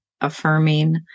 affirming